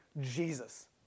Jesus